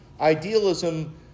idealism